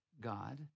God